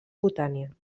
cutània